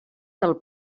del